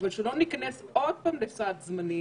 במידה וניקלע לסיטואציה עוד לפני שהכלים האחרים יהיו,